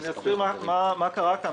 אסביר מה קרה כאן.